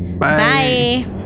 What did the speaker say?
Bye